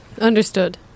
Understood